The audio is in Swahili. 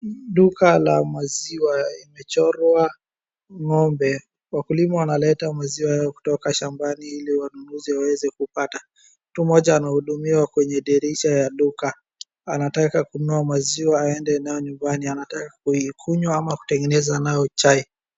Duka la maziwa imechorwa ng'ombe. wakulima wanaleta maziwa yao kutoka shambani ili wanunuzi waweze kupata. Mtu mmoja anahudumiwa kwenye dirisha ya duka, anataka kununua maziwa aende nayo nyumbani, anataka kuikunywa ama kutengeneza nayo chai.